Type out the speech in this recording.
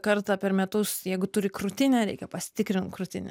kartą per metus jeigu turi krūtinę reikia pasitikrint krūtinę